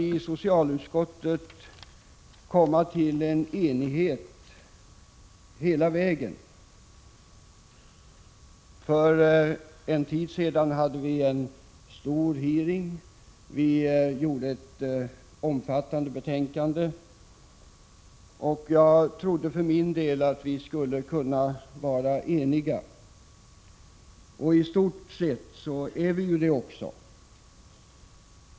I socialutskottet har vi försökt nå enighet hela vägen. För en tid sedan hade vi en stor hearing. Vi avlämnade ett omfattande betänkande. För min del trodde jag att vi skulle kunna vara eniga. I stort sett är vi det också.